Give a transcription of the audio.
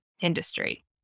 industry